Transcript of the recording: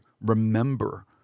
remember